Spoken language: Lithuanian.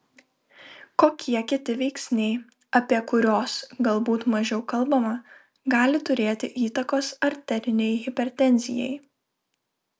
kokie kiti veiksniai apie kurios galbūt mažiau kalbama gali turėti įtakos arterinei hipertenzijai